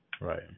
Right